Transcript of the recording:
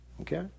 Okay